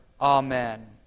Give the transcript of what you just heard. Amen